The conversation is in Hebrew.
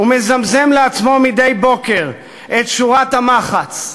ומזמזם לעצמו מדי בוקר את שורת המחץ: